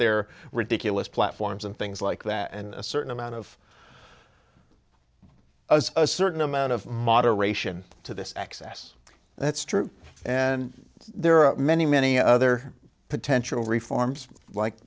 their ridiculous platforms and things like that and a certain amount of a certain amount of moderation to this excess that's true and there are many many other potential reforms like